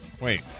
Wait